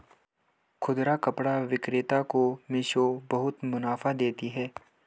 खुदरा कपड़ा विक्रेता को मिशो बहुत मुनाफा देती है